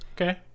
Okay